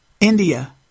India